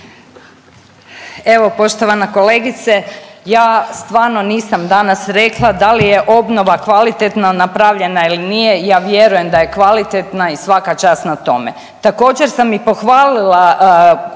Evo poštovana kolegice ja stvarno nisam danas rekla da li je obnova kvalitetno napravljena ili nije. Ja vjerujem da je kvalitetna i svaka čast na tome. Također sam i pohvalila